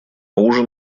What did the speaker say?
ужин